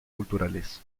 culturales